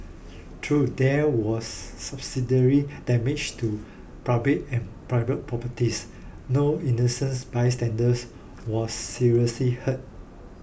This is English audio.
true there was damage to public and private properties no innocence bystanders was seriously hurt